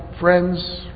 friends